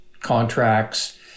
contracts